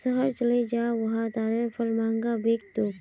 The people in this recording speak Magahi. शहर चलइ जा वहा तारेर फल महंगा बिक तोक